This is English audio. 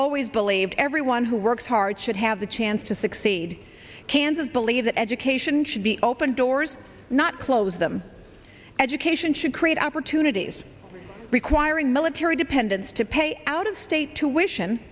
always believed everyone who works hard should have the chance to succeed kansas believe that education should be open doors not close them education should create opportunities requiring military dependents to pay out of state tuition